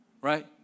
Right